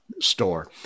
Store